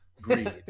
greed